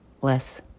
less